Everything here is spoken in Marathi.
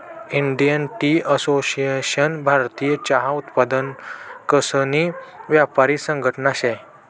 इंडियन टी असोसिएशन भारतीय चहा उत्पादकसनी यापारी संघटना शे